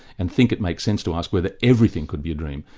and think it makes sense to ask whether everything could be a dream,